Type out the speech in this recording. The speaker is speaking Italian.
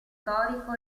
storico